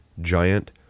Giant